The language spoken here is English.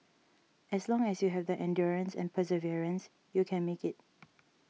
as long as you have the endurance and perseverance you can make it